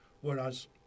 Whereas